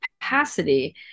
capacity